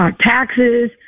taxes